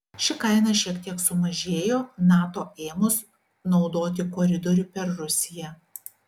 ši kaina šiek tiek sumažėjo nato ėmus naudoti koridorių per rusiją